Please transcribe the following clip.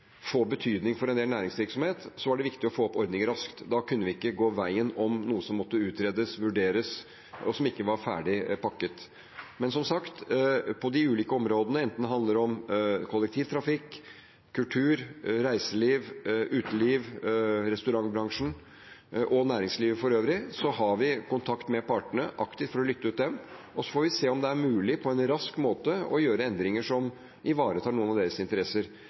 betydning for en del næringsvirksomhet, var det viktig å få opp ordninger raskt. Da kunne vi ikke gå veien om noe som måtte utredes og vurderes, og som ikke var ferdig pakket. Men, som sagt, på de ulike områdene – enten det handler om kollektivtrafikk, kultur, reiseliv, uteliv, restaurantbransjen eller næringslivet for øvrig – har vi aktiv kontakt med partene for å lytte ut dem. Så får vi se om det på en rask måte er mulig å gjøre endringer som ivaretar noen av deres interesser.